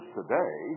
today